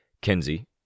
Kenzie